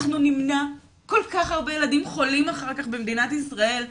אנחנו נמנע כל כך הרבה ילדים חולים אחר כך במדינת ישראל,